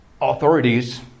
Authorities